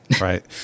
Right